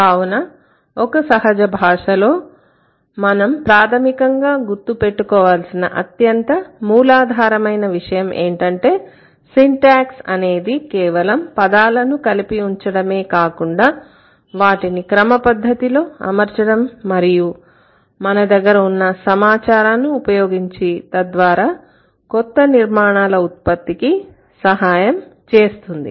కావున ఒక సహజ భాషలో మనం ప్రాథమికంగా గుర్తుపెట్టుకోవాల్సిన అత్యంత మూలాధారమైన విషయం ఏమిటంటే సింటాక్స్ అనేది కేవలం పదాలను కలిపి ఉంచడమే కాకుండా వాటిని క్రమపద్ధతిలో అమర్చడం మరియు మన దగ్గర ఉన్న సమాచారాన్ని ఉపయోగించి తద్వారా కొత్త నిర్మాణాల ఉత్పత్తికి సహాయం చేస్తుంది